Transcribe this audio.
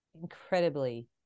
incredibly